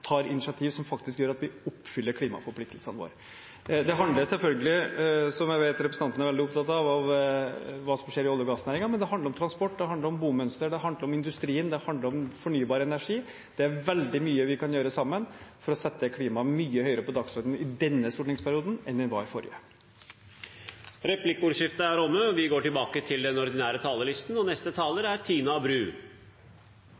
tar initiativ som gjør at vi faktisk oppfyller klimaforpliktelsene våre. Det handler selvfølgelig om, som jeg vet representanten er veldig opptatt av, hva som skjer i olje- og gassnæringen, men det handler også om transport, det handler om bomønster, det handler om industrien, det handler om fornybar energi. Det er veldig mye vi kan gjøre sammen for å sette klimaet mye høyere på dagsordenen i denne stortingsperioden enn det var i forrige periode. Replikkordskiftet er omme. Stortingsvalget den 11. september ga et klart nytt mandat til Høyre, Fremskrittspartiet, Venstre og Kristelig Folkeparti. Vi